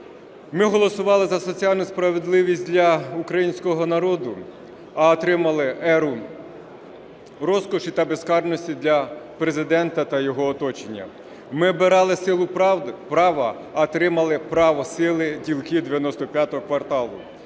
Ми голосували за соціальну справедливість для українського народу, а отримали еру розкоші та безкарності для Президента та його оточення. Ми обирали силу права, а отримали право сили ділків "95 кварталу".